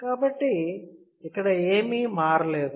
కాబట్టి ఇక్కడ ఏమీ మారలేదు